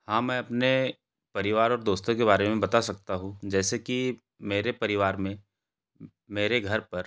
हाँ मैं अपने परिवार और दोस्तों के बारे में बता सकता हू जैसे कि मेरे परिवार में मेरे घर पर